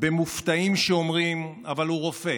במופתעים שאומרים: אבל הוא רופא,